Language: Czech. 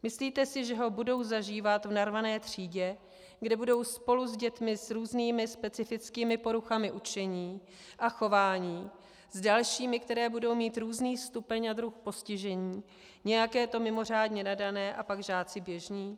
Myslíte si, že ho budou zažívat v narvané třídě, kde budou spolu s dětmi s různými specifickými poruchami učení a chování, s dalšími, které budou mít různý stupeň a druh postižení, nějaké to mimořádně nadané a pak žáci běžní?